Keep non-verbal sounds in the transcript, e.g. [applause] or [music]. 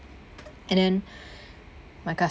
and then [breath] my